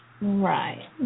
Right